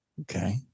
Okay